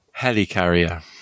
Helicarrier